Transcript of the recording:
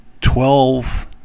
twelve